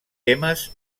temes